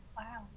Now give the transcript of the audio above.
Wow